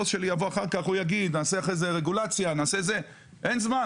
חבר'ה, אין זמן.